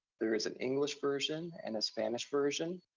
there is an english version and a spanish version.